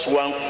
one